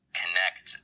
connect